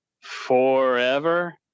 forever